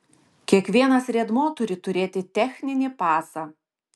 kiekvienas riedmuo turi turėti techninį pasą